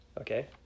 okay